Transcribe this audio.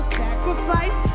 sacrifice